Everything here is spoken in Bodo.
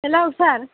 हेल' सार